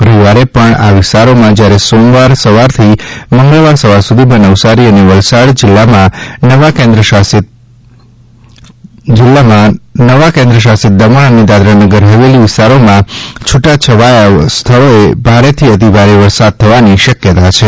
રવિવારે પણ આ વિસ્તારોમાં જ્યારે સોમવાર સવારથી મંગળવાર સવાર સુધીમાં નવસારી અને વલસાડ િલ્લામાં નવા કેન્દ્ર શાસિત દમણ અને દાદરાનગર હવેલી વિસ્તારોમાં છૂટાછવાયાં સ્થળોએ ભારેથી અતિભારે વરસાદ થવાની શક્યતા છે